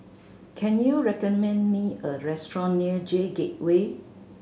can you recommend me a restaurant near J Gateway